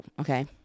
okay